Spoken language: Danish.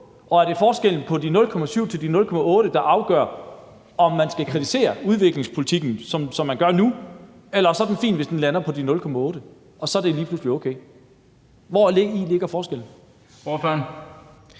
Og er det forskellen fra de 0,7 pct. til de 0,8 pct., der afgør, om man skal kritisere udviklingspolitikken, som man gør nu? Eller er den fin, hvis det lander på de 0,8 pct., og så er det okay? Kl. 11:39 Den fg. formand